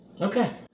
Okay